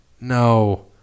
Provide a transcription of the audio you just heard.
No